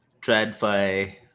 TradFi